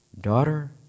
Daughter